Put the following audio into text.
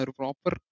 proper